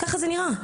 ככה זה נראה.